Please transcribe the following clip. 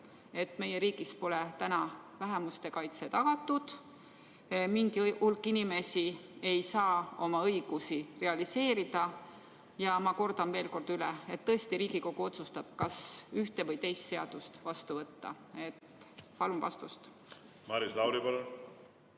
meie riigis pole täna vähemuste kaitse tagatud ja mingi hulk inimesi ei saa oma õigusi realiseerida? Ja ma kordan veel kord üle, et tõesti, Riigikogu otsustab, kas ühte või teist seadust vastu võtta. Palun vastust!